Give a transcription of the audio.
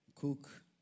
Cook